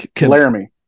Laramie